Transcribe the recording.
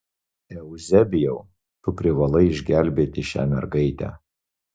euzebijau tu privalai išgelbėti šią mergaitę